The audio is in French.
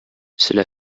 cela